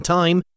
time